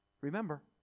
Remember